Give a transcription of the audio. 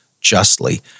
justly